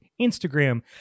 Instagram